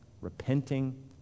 repenting